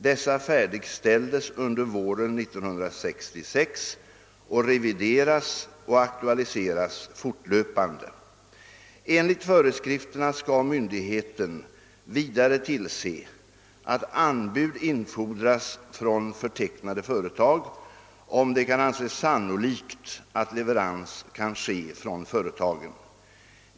Dessa färdigställdes under våren 1966 och revideras och aktualiseras fortlöpande. Enligt föreskrifterna skall myndigheten vidare tillse att anbud infordras från förtecknade företag, om det kan anses sannolikt att leverans kan ske från företagen.